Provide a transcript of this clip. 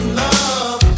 love